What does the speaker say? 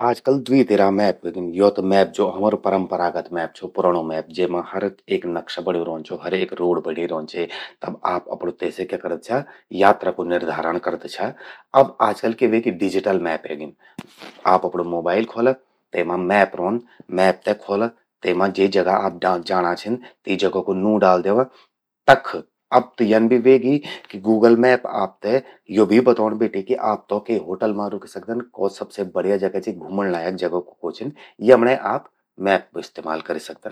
आजकले द्वी तिरा मैप व्हेगिन। यो त मैप ज्वो हमरु परंपरागत मैप छो, पुराणु मैप, जेमां हर एक नक्शा बण्यूं रौंद छो, हर एक रोड़ बण्यीं रौंदि छे। तब आप अपणूं तेसे क्या कर्द छा, यात्रा कु निर्धारण कर्द छा। अब आजकल क्वे ह्वेगिडिजिटल मैप एगिन। आप अपणू मोबाइल ख्वोला, तेमा मैप रौंद, मैप ते ख्वोला, तेमा जीं जगा आप जाणा छिन, तीं जगा कु नूं डाल द्यवा। तख अब त यन भि ह्वेगि कि गूगल मैप आपते यो भी बतौंण बेठि कि आप तौ के होटल मां रुकि सकदन। क्वो सबसे बढ़िया जगा चि घूमण लायक जगा क्वो क्वो छिन। यमण्ये आप मैप कू इस्तेमाल करि सकदन।